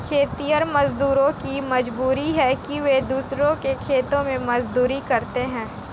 खेतिहर मजदूरों की मजबूरी है कि वे दूसरों के खेत में मजदूरी करते हैं